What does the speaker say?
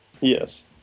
Yes